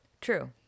true